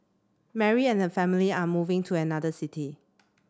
Mary and her family are moving to another city